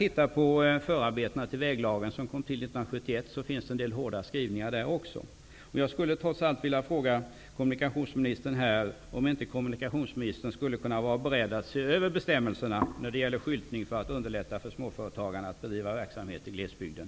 I förarbetena till väglagen, som kom 1971, finns även en del hårda skrivningar. Jag skulle trots allt vilja fråga kommunikationsministern om han inte skulle kunna vara beredd att se över bestämmelserna när det gäller skyltning för att underlätta för småföretagarna att bedriva verksamhet på glesbygden.